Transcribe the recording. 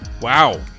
Wow